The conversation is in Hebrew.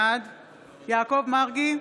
בעד יעקב מרגי,